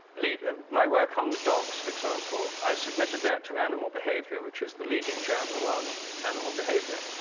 lead um my work on the dogs, for example. i've submitted that to animal behavior which is the leading journal on animal behavior.